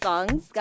Songs